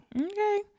Okay